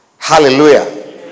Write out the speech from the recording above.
Hallelujah